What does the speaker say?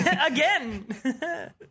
Again